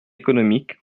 économiques